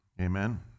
Amen